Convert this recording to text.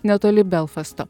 netoli belfasto